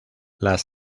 las